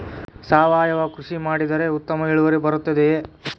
ಸಾವಯುವ ಕೃಷಿ ಮಾಡಿದರೆ ಉತ್ತಮ ಇಳುವರಿ ಬರುತ್ತದೆಯೇ?